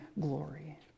glory